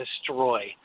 destroy